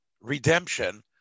redemption